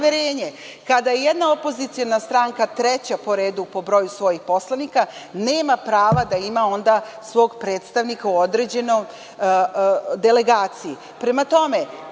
kada jedna poslanička stranka treća po redu po broju svojih poslanika nema prava da ima onda svog predstavnika u određenoj delegaciji. Prema